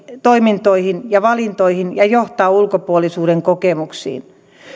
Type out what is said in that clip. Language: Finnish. toimintoihin ja valintoihin ja johtaa ulkopuolisuuden kokemuksiin